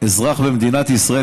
אזרח במדינת ישראל,